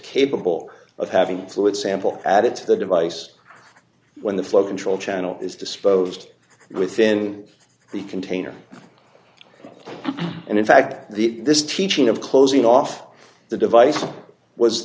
capable of having fluid sample added to the device when the flow control channel is disposed within the container and in fact the this teaching of closing off the device was